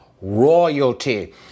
royalty